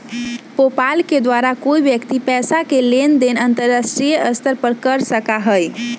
PayPal के द्वारा कोई व्यक्ति पैसा के लेन देन अंतर्राष्ट्रीय स्तर पर कर सका हई